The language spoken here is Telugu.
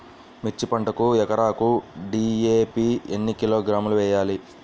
మిర్చి పంటకు ఎకరాకు డీ.ఏ.పీ ఎన్ని కిలోగ్రాములు వేయాలి?